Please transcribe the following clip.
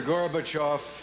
Gorbachev